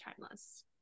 timeless